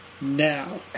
now